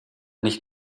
nicht